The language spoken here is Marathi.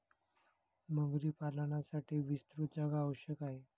मगरी पालनासाठी विस्तृत जागा आवश्यक आहे